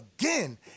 again